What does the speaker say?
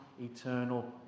eternal